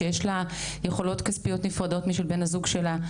שיש לה יכולות כספיות נפרדות משל בן הזוג שלה,